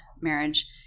marriage